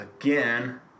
Again